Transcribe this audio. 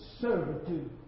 servitude